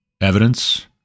evidence